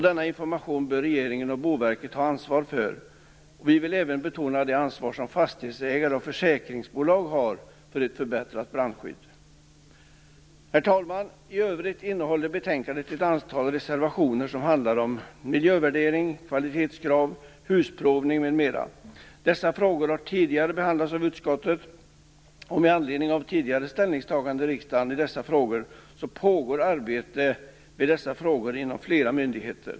Denna information bör regeringen och Boverket ha ansvar för. Vi vill även betona det ansvar som fastighetsägare och försäkringsbolag har för ett förbättrat brandskydd. Herr talman! I övrigt innehåller betänkandet ett antal reservationer som handlar om miljövärdering, kvalitetskrav, husprovning m.m. Dessa frågor har tidigare behandlats av utskottet. Med anledning av tidigare ställningstaganden i riksdagen pågår arbete med dessa frågor inom flera myndigheter.